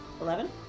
Eleven